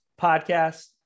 podcast